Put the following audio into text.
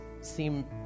seem